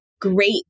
great